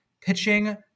pitching